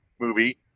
movie